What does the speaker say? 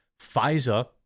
FISA